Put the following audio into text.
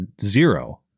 zero